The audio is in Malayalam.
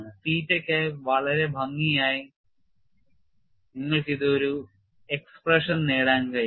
തീറ്റയ്ക്കായി വളരെ ഭംഗിയായി നിങ്ങൾക്ക് ഒരു എക്സ്പ്രഷൻ നേടാൻ കഴിയും